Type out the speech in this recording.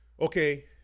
Okay